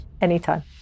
Anytime